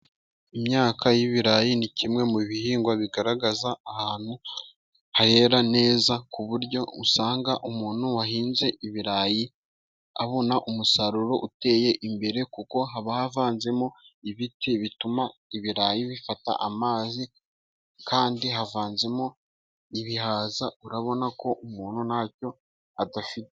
Imyaka y'ibirayi, ni kimwe mu bihingwa bigaragaza ahantu hera neza, ku buryo usanga umuntu wahinze ibirayi abona umusaruro uteye imbere, kuko haba havanzemo ibiti bituma ibirayi bifata amazi, kandi havanzemo ibihaza urabona ko umuntu nta cyo adafite.